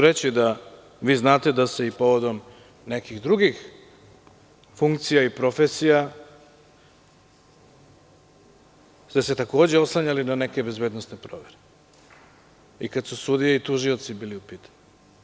Reći ću da znate i da se povodom nekih drugih funkcija i profesija smo se takođe oslanjali na neke bezbednosne provere i kada su sudije i tužioci bili u pitanju.